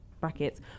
brackets